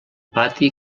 pati